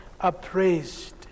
appraised